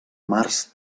març